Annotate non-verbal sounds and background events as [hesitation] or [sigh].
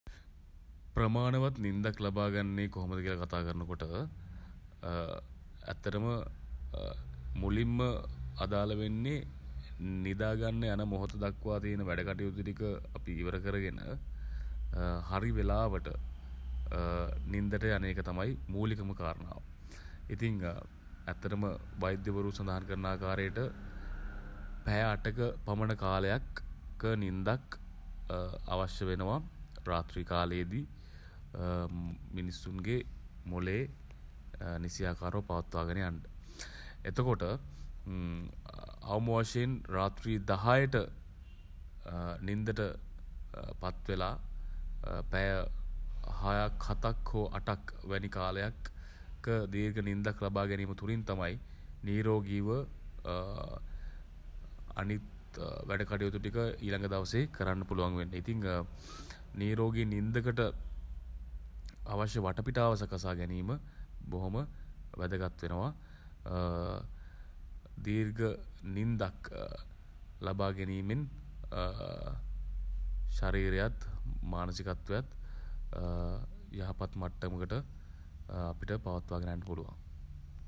ප්‍රමාණවත් නින්දක් ලබාගන්නේ කොහොමද කියල කතා කරන කොට [hesitation] ඇත්තටම [hesitation] මුලින්ම අදාළ වෙන්නෙ [hesitation] නිදාගන්න යන මොහොත දක්වා තියෙන වැඩ කටයුතු ටික [hesitation] අපි ඉවර කරගෙන [hesitation] හරි වෙලාවට [hesitation] නින්දට යන එක තමයි මූලිකම කාරණාව. [hesitation] ඉතින් [hesitation] ඇත්තටම [hesitation] වෛද්‍යවරු සඳහන් කරන ආකාරයට [hesitation] පැය අටක පමණ කාලයක් [hesitation] ක නින්දක් [hesitation] අවශ්‍ය වෙනවා. [hesitation] රාත්‍රී කාලයේදී මිනිස්සුන්ගේ මොලේ [hesitation] නිසියාකාරව පවත්වා ගෙන යන්න. එතකොට [hesitation] අවම වශයෙන් රාත්‍රී දහයට [hesitation] නින්දට [hesitation] පත් වෙලා [hesitation] පැය [hesitation] හයක් [hesitation] හතක් [hesitation] හෝ අටක් වැනි කාලයක් [hesitation] ක දීර්ඝ නින්දක් ලබාගැනීම තුළින් තමයි [hesitation] නිරෝගීව [hesitation] අනිත් වැඩකටයුතු ටික ඊළඟ දවසේ [hesitation] කරන්න පුළුවන් වෙන්නේ. ඉතින් නිරෝගී නින්දකට [hesitation] අවශ්‍ය වටපිටාව සකසා ගැනීම [hesitation] බොහොම වැදගත් වෙනවා [hesitation] දීර්ඝ [hesitation] නින්දක් [hesitation] ලබා ගැනීමෙන් [hesitation] ශරීරයත් [hesitation] මානසිකත්වයත් [hesitation] යහපත් මට්ටමකට [hesitation] අපිට පවත්වා ගෙන යන්න පුළුවන්.